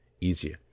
easier